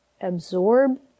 absorb